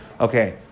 Okay